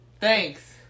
Thanks